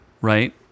Right